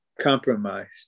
compromised